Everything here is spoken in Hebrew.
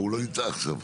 הוא לא נמצא עכשיו.